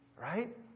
right